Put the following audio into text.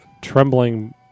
trembling